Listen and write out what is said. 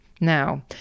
Now